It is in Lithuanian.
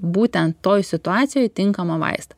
būtent toj situacijoj tinkamą vaistą